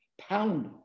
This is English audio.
pound